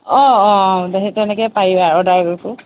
অ অ সেই তেনেকৈ পাৰিবা অৰ্ডাৰ কৰিব